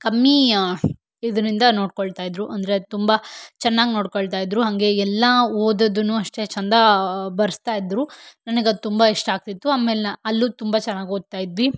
ಕಮ್ಮಿ ಇದರಿಂದ ನೋಡ್ಕೊಳ್ತಾ ಇದ್ದರು ಅಂದರೆ ತುಂಬ ಚೆನ್ನಾಗಿ ನೋಡ್ಕೊಳ್ತಾಯಿದ್ದರು ಹಾಗೆ ಎಲ್ಲ ಓದೋದನ್ನು ಅಷ್ಟೆ ಚಂದ ಬರ್ಸ್ತಾಯಿದ್ದರು ನನಗೆ ಅದು ತುಂಬ ಇಷ್ಟ ಆಗ್ತಿತ್ತು ಆಮೇಲೆ ಅಲ್ಲೂ ತುಂಬ ಚೆನ್ನಾಗಿ ಓದ್ತಾ ಇದ್ವಿ